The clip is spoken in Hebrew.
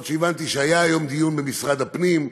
הבנתי שהיה היום דיון במשרד הפנים,